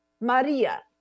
Maria